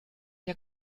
der